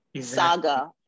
saga